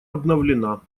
обновлена